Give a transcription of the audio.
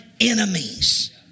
enemies